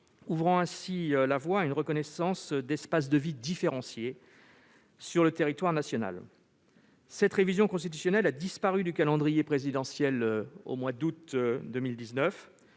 ouvrait ainsi la voie à la reconnaissance d'espaces de vie différenciés sur le territoire national. Cette révision constitutionnelle a disparu du calendrier présidentiel au mois d'août 2019.